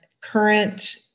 current